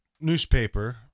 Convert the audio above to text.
newspaper